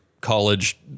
college